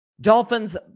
Dolphins